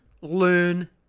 learn